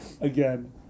Again